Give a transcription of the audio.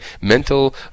mental